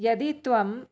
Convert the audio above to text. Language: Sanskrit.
यदि त्वं